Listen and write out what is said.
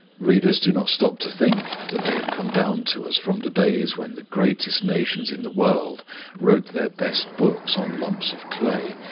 readers do not stop to think that they have come down to us from the days when the greatest nations in the world wrote their best books on lumps of clay,